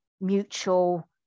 mutual